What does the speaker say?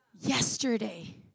Yesterday